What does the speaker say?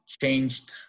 changed